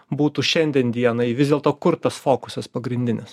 būtų šiandien dienai vis dėlto kur tas fokusas pagrindinis